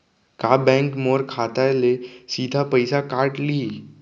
का बैंक मोर खाता ले सीधा पइसा काट लिही?